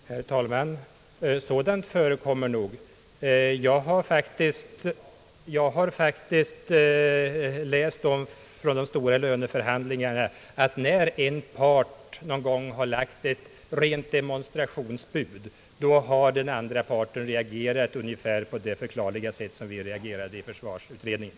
Herr talman! Sådant förekommer nog, herr Dahlén. I redogörelser för de stora löneförhandlingarna har jag faktiskt läst att när en part någon gång har lagt fram ett rent demonstrationsbud, har den andra parten reagerat ungefär på det förklarliga sätt som vi reagerade i försvarsutredningen.